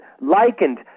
likened